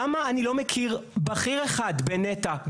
למה אני לא מכיר בכיר אחד בנת"ע,